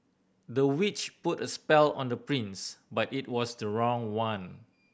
the witch put a spell on the prince but it was the wrong one